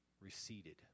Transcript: receded